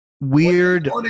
Weird